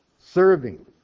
serving